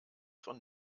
von